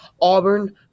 Auburn